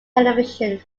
television